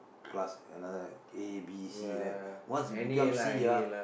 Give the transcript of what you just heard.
plus another A B C right once you become C ah